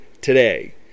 today